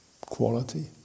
quality